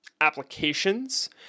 applications